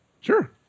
Sure